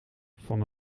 van